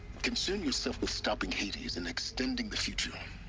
concern yourself with stopping hades and extending the future.